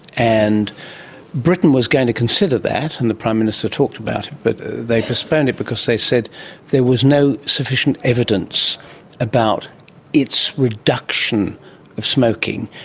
and britain was going to consider that and the prime minister talked about it, but they postponed it because they said there was no sufficient evidence about its reduction of smoking.